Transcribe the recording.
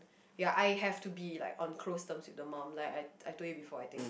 ya I have to be like on close terms with the mom like I I told you before I think